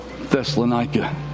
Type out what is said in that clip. Thessalonica